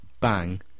bang